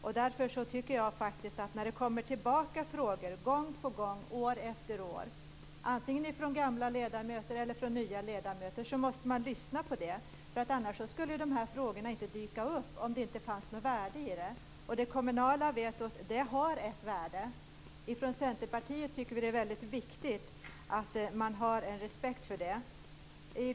När frågor återkommer, år efter år, vare sig från gamla eller nya ledamöter, måste man lyssna på dem. Om det inte fanns något värde i frågorna skulle de inte dyka upp. Det kommunala vetot har ett värde. Vi i Centerpartiet tycker att det är viktigt att ha respekt för det.